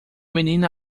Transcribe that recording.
menino